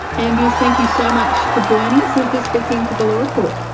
anne buist, thank you so much for joining us and for speaking to the law report.